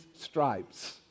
stripes